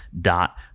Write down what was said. dot